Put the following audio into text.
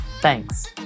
Thanks